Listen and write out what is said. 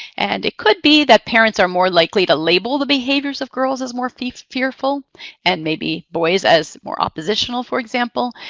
and it could be that parents are more likely to label the behaviors of girls as more fearful fearful and maybe boys as more oppositional, for example.